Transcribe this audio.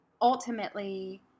Ultimately